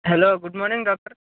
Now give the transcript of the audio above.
hello good morning doctor